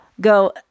go